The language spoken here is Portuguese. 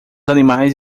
animais